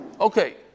Okay